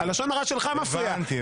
הלשון הרע שלך, ניר, מפריעה לה.